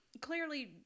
clearly